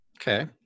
Okay